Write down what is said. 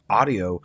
audio